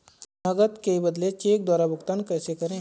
नकद के बदले चेक द्वारा भुगतान कैसे करें?